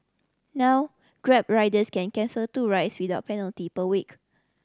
now Grab riders can cancel two rides without penalty per week